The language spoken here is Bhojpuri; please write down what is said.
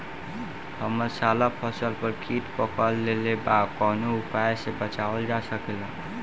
हमर सारा फसल पर कीट पकड़ लेले बा कवनो उपाय से बचावल जा सकेला?